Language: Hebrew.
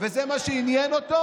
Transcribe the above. וזה מה שעניין אותו.